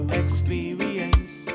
experience